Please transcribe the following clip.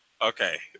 Okay